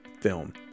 film